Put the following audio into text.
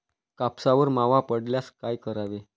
कापसावर मावा पडल्यास काय करावे?